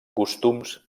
costums